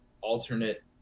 alternate